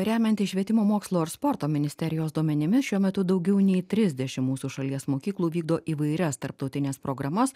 remiantis švietimo mokslo ir sporto ministerijos duomenimis šiuo metu daugiau nei trisdešim mūsų šalies mokyklų vykdo įvairias tarptautines programas